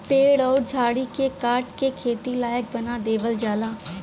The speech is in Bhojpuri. पेड़ अउर झाड़ी के काट के खेती लायक बना देवल जाला